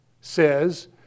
says